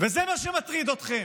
וזה מה שמטריד אתכם.